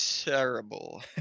terrible